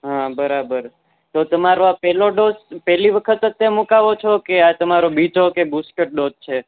હા બરાબર તો તમારો આ પહેલો ડોઝ પહેલી વખત જ તે મૂકાવો છો કે આ તમારો બીજો કે બુસ્ટર ડોજ છે